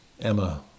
Emma